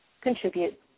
contribute